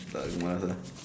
but you must uh